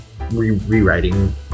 rewriting